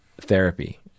therapy